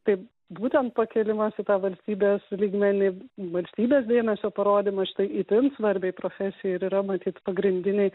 taip būtent pakėlimas į tą valstybės lygmenį valstybės dėmesio parodymas štai itin svarbiai profesijai ir yra matyt pagrindiniai